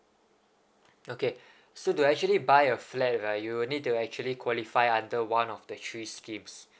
okay so do actually buy a flat right you would need to actually qualify under one of the three scheme